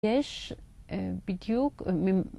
יש בדיוק ממ...